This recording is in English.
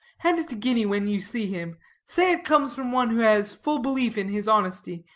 hand it to guinea when you see him say it comes from one who has full belief in his honesty,